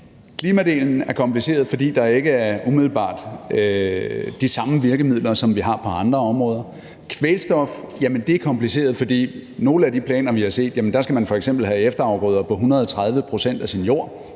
Klimadelen er kompliceret, fordi der ikke umiddelbart er de samme virkemidler, som vi har på andre områder. Kvælstofdelen er kompliceret, fordi man i nogle af de planer, vi har set, f.eks. skal have efterafgrøder på 130 pct. af sin jord